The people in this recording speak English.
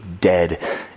dead